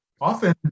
Often